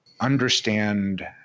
understand